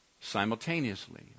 Simultaneously